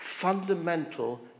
fundamental